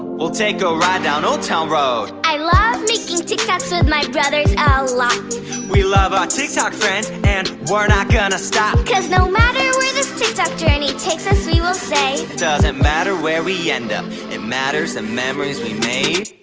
we'll take a ride down old town road i love making tiktoks with my brothers a lot we love our tiktok friends and we're not gonna stop cause no matter where this tiktok journey takes us we will say doesn't matter where we end up it matters the memories we made.